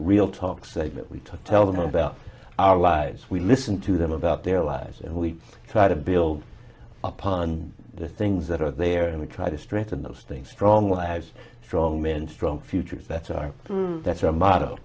real talks to tell them about our lives we listen to them about their lives and we try to build upon the things that are there and we try to strengthen those things strong was strong men strong futures that's our that's our model